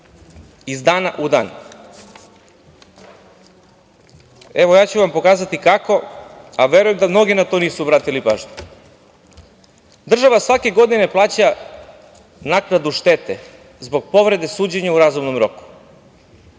iz dana u dan. Pokazaću vam kako, a verujem da mnogi na to nisu obratili pažnju. Država svake godine plaća naknadu štete zbog povrede suđenja u razumnom roku.